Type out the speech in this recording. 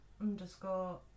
underscore